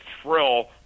thrill